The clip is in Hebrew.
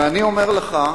ואני אומר לך,